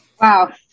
Wow